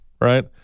right